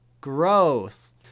gross